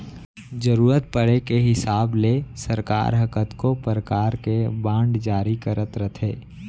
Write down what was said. जरूरत परे के हिसाब ले सरकार ह कतको परकार के बांड जारी करत रथे